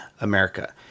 America